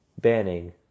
banning